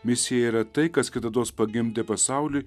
misija yra tai kas kitados pagimdė pasaulį